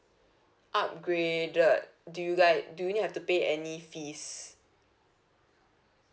upgraded do you guy do you need have to pay any fees